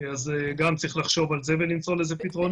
גם על זה צריך לחשוב ולמצוא לזה פתרונות.